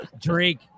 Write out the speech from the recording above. Drake